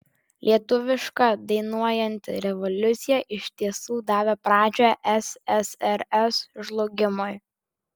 lietuviška dainuojanti revoliucija iš tiesų davė pradžią ssrs žlugimui